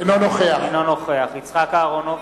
אינו נוכח יצחק אהרונוביץ,